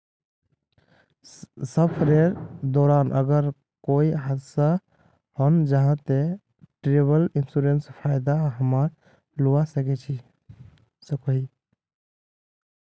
सफरेर दौरान अगर कोए हादसा हन जाहा ते ट्रेवल इन्सुरेंसर फायदा हमरा लुआ सकोही